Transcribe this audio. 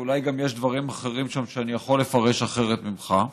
ואולי גם שם יש דברים אחרים שאני יכול לפרש אחרת ממך.